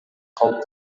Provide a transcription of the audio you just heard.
калп